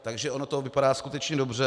Takže ono to vypadá skutečně dobře.